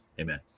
Amen